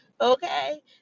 Okay